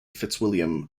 fitzwilliam